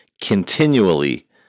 Continually